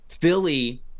Philly